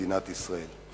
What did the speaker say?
מדינת ישראל.